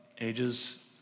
ages